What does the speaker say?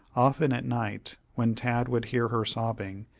often at night, when tad would hear her sobbing,